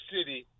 City